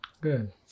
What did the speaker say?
Good